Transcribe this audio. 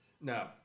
No